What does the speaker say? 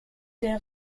der